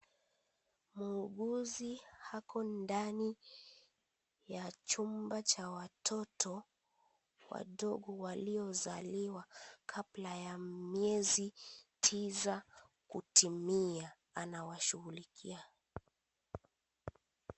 Muuguzi hako ndani ya chumba cha watoto wadogo waliozaliwa, kabla ya miezi tiza kutimia. Anawashughulikia